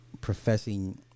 Professing